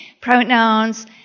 Pronouns